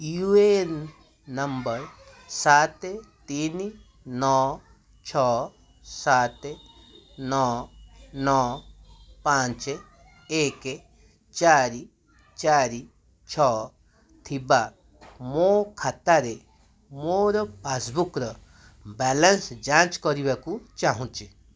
you A N number ସାତ ତିନି ନଅ ଛଅ ସାତ ନଅ ନଅ ପାଞ୍ଚ ଏକ ଚାରି ଚାରି ଛଅ ଥିବା ମୋ ଖାତାରେ ମୋର ପାସ୍ବୁକ୍ର ବାଲାନ୍ସ ଯାଞ୍ଚ କରିବାକୁ ଚାହୁଁଛି